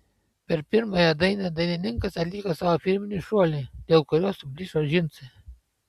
per pirmąją dainą dainininkas atliko savo firminį šuolį dėl kurio suplyšo džinsai